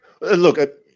Look